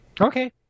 Okay